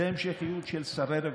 זאת המשכיות של שרי רווחה,